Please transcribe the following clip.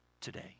today